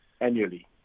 annually